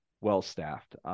well-staffed